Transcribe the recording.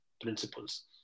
principles